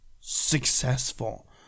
successful